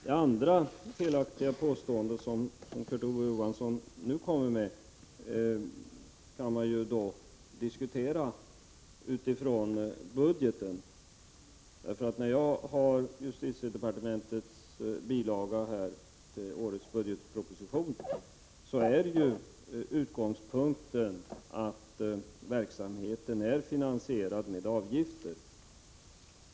Kurt Ove Johansson kom nu med ett andra felaktigt påstående, och det kan man diskutera utifrån budgeten. I justitiedepartementets bilaga till årets budgetproposition — som jag har här — är utgångspunkten att verksamheten är finansierad med avgifter.